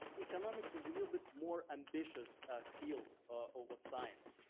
economics is a little bit more ambitious field over science.